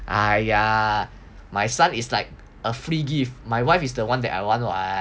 !aiya! my son is like a free gift my wife is the one that I want [what]